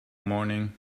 morning